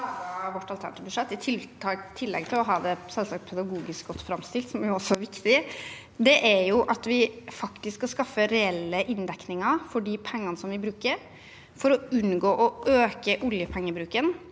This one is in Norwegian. skal skaffe reelle inndekninger for pengene vi bruker, for å unngå å øke oljepengebruken